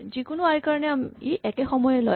যিকোনো আই ৰ কাৰণে ই একে সময় লয়